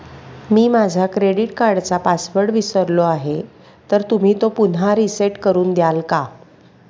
मी माझा क्रेडिट कार्डचा पासवर्ड विसरलो आहे तर तुम्ही तो पुन्हा रीसेट करून द्याल का?